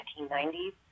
1990s